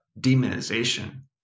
demonization